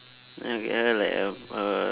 then I'll get her like a a